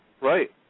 Right